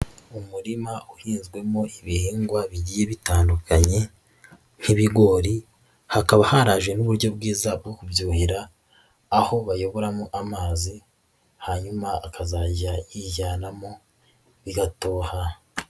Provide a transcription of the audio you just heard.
Umurima uhinzwemo ibihingwa bigiye bitandukanye nk'ibigori, hakaba haraje n'uburyo bwiza bwo kubyuhira, aho bayoboramo amazi hanyuma akazajya yijyanamo bigatoha.